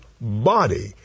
body